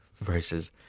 versus